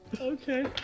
Okay